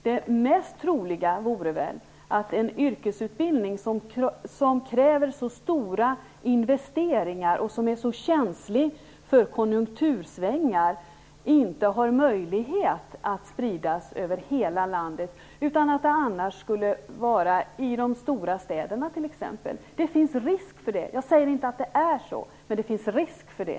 Det mest troliga vore väl att en yrkesutbildning, som kräver så stora investeringar och som är som känslig för konjunktursvängningar, inte skulle spridas över hela landet utan hamna i exempelvis de stora städerna. Jag säger inte att det är så, men det finns risk för det.